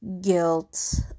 guilt